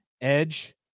Edge